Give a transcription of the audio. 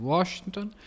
Washington